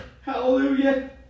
hallelujah